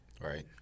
right